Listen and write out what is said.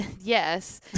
Yes